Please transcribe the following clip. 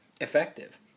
effective